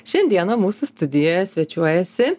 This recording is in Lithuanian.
šiandieną mūsų studijoje svečiuojasi